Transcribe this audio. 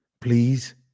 Please